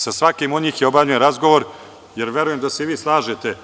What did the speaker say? Sa svakim od njih je obavljen razgovor, jer verujem da se i vi slažete